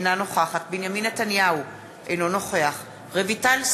אינה נוכחת בנימין נתניהו, אינו נוכח רויטל סויד,